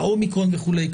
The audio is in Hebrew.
ה-אומיקרון וכולי,